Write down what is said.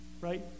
right